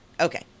okay